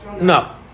No